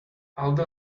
aldo